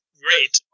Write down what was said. great